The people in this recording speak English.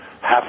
half